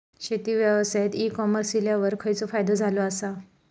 शेती व्यवसायात e commerce इल्यावर खयचो फायदो झालो आसा?